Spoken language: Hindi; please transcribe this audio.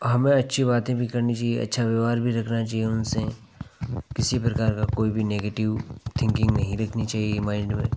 हमें अच्छी बातें भी करनी चाहिए अच्छा व्यवहार भी रखना चाहिए उनसे किसी प्रकार का कोई भी नेगिटिव थिंकिंग नहीं रखनी चाहिए माइन्ड में